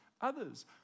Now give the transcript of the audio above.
others